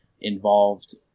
involved